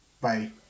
Bye